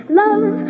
love